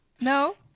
no